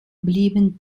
blieben